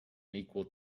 equal